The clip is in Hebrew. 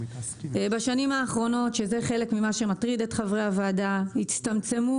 בשנים האחרונות זה חלק ממה שמטריד את חברי הוועדה הצטמצמו